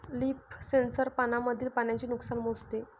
leaf sensor पानांमधील पाण्याचे नुकसान मोजते